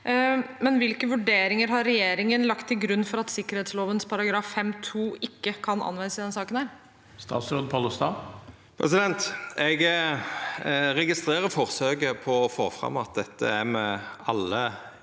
men hvilke vurderinger har regjeringen lagt til grunn for at sikkerhetsloven § 5-2 ikke kan anvendes i denne saken? Statsråd Geir Pollestad Eg registrerer forsøket på å få fram at dette er me alle